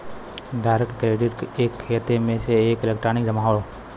direct credit एक खाते में एक इलेक्ट्रॉनिक जमा हौ